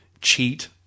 cheat